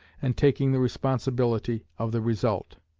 and taking the responsibility of the result.